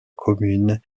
commune